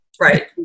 Right